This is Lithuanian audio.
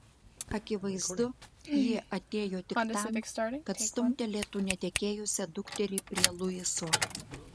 akivaizdu ji atėjo tik tam kad stumtelėtų netekėjusią dukterį prie luiso